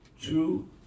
true